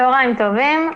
צוהריים טובים,